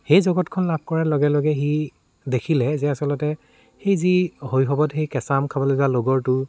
সেই জগতখন লাভ কৰাৰ লগে লগে সি দেখিলে যে আচলতে সেই যি শৈশৱত সেই কেঁচা আম খাবলৈ যোৱা লগৰটো